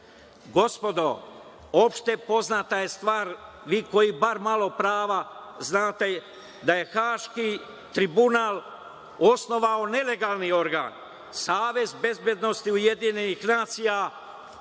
gospodo, opštepoznata je stvar, vi koji bar malo prava znate, da je Haški tribunal osnovao nelegalni organ, Savet bezbednosti UN umesto